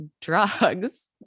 drugs